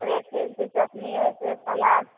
हरेक चीजके चटनी होइ चाही सलाद